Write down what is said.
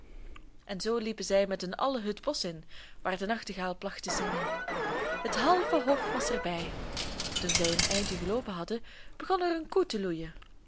en zoo liepen zij met hun allen het bosch in waar de nachtegaal placht te zingen het halve hof was er bij toen zij een eindje geloopen hadden begon er een koe te loeien